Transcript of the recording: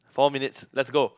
four minutes let's go